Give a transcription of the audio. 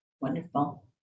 Wonderful